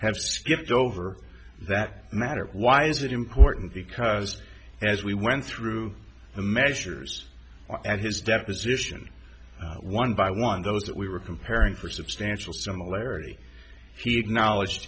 have skipped over that matter why is it important because as we went through the measures and his deposition one by one those that we were comparing for substantial similarity he acknowledge